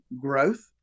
growth